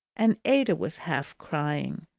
and ada was half crying.